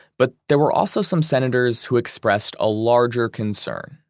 but there were also some senators who expressed a larger concern.